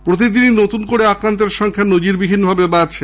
প্রতিদিনই নতুন করে আক্রান্তের সংখ্যা নজিরবিহীনভাবে বাড়ছে